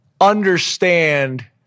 understand